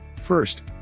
First